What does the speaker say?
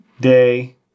day